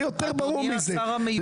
מה יותר ברור מזה,